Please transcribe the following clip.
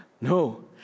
No